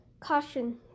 caution